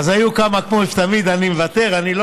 אז היו כמה פה, כמו תמיד: אני מוותר, אני לא